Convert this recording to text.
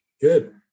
good